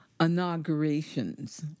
inaugurations